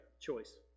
Choice